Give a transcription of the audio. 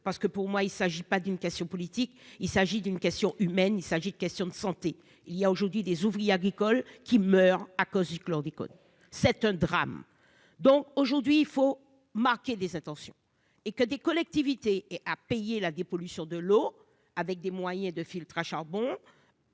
parce que pour moi il s'agit pas d'une question politique, il s'agit d'une question humaine, il s'agit de questions de santé il y a aujourd'hui des ouvriers agricoles qui meurent à cause du chlordécone, c'est un drame donc aujourd'hui, il faut marquer des intentions et que des collectivités et à payer la dépollution de l'eau avec des moyens de filtres à charbon,